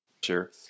sure